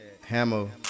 Hammer